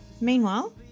Meanwhile